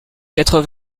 quatre